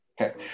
okay